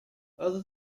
other